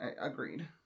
Agreed